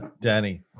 Danny